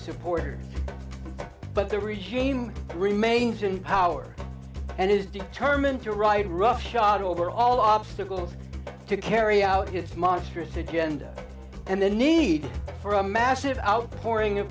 supporters but the regime remains in power and is determined to ride roughshod over all obstacles to carry out his monstrous agenda and the need for a massive outpouring